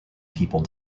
people